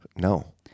No